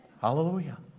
Hallelujah